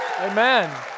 Amen